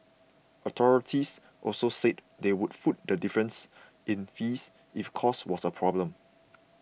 authorities also said they would foot the difference in fees if cost was a problem